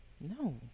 No